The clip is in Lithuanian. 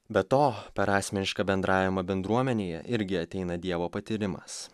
be to per asmenišką bendravimą bendruomenėje irgi ateina dievo patyrimas